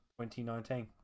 2019